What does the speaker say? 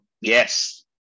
Yes